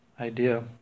idea